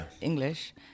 English